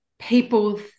people